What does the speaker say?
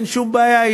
אין שום בעיה.